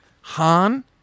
Han